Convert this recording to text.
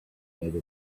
made